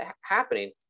happening